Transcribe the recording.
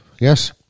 yes